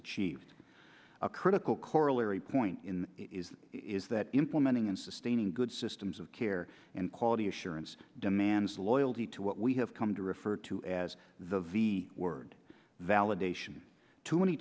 achieved a critical corollary point in it is is that implementing and sustaining good systems of care and quality assurance demands loyalty to what we have come to refer to as the v word validation to many